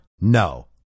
No